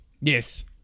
Yes